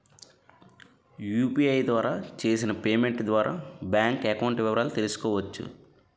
UPI ద్వారా చేసిన payment ద్వారా బ్యాంక్ అకౌంట్ వివరాలు తెలుసుకోవచ్చ?